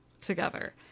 together